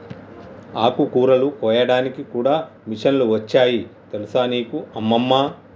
ఆకుకూరలు కోయడానికి కూడా మిషన్లు వచ్చాయి తెలుసా నీకు అమ్మమ్మ